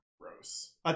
gross